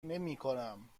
نمیکنم